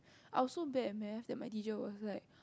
I was so bad at maths that my teacher was like